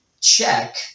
check